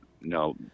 no